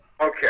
Okay